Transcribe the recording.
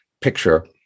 picture